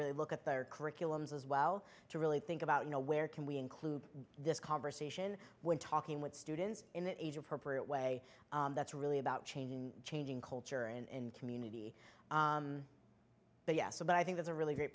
really look at their curriculums as well to really think about you know where can we include this conversation when talking with students in an age appropriate way that's really about changing changing culture and community but yes so but i think that's a really g